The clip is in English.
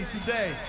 today